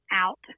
out